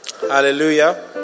Hallelujah